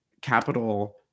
capital